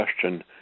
question